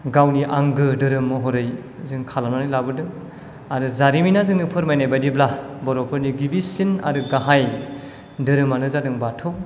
गावनि आंगो धाेरोम महरै जों खालामनानै लाबोदों आरो जारिमिना जोंनो फोरमायनाय बादिब्ला बर'फोरनि गिबिसिन आरो गाहाय धाेरोमानो जादों बाथौ